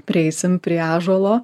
prieisim prie ąžuolo